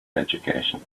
education